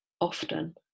often